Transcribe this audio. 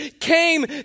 came